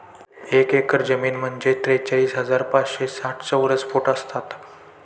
एक एकर जमीन म्हणजे त्रेचाळीस हजार पाचशे साठ चौरस फूट असतात